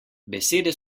besede